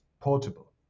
portable